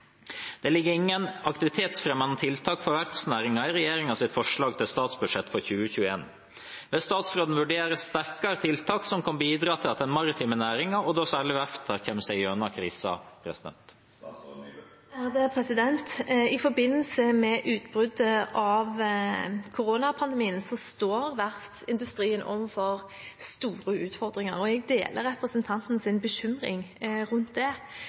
Det ligger ingen aktivitetsfremmende tiltak for verftsnæringen i regjeringens forslag til statsbudsjett for 2021. Vil statsråden vurdere sterkere tiltak som kan bidra til at den maritime næringen, og da særlig verftene, kommer seg gjennom krisen?» I forbindelse med utbruddet av koronapandemien står verftsindustrien overfor store utfordringer, og jeg deler representantens bekymring rundt det.